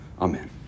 Amen